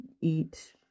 eat